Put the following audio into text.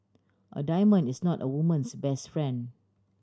a diamond is not a woman's best friend